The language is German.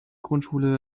grundschule